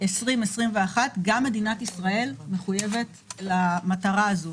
2021 גם מדינת ישראל מחויבת למטרה הזו.